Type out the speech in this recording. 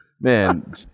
Man